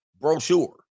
brochure